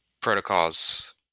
protocols